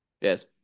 yes